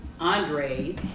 Andre